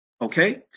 Okay